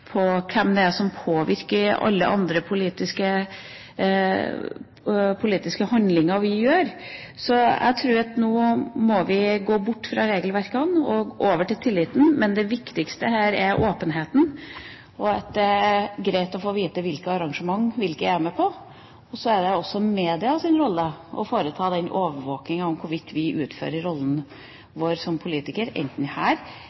om hvem det er som påvirker alle politiske handlinger vi gjør. Jeg tror at vi nå må gå bort fra regelverket og over til tilliten. Men det viktigste her er åpenhet, og at det er greit å få vite hvem som er med på hvilke arrangement. Og så er det også medias rolle å foreta overvåkingen av hvorvidt vi utfører rollen vår som politiker, enten det er her